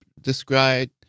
describe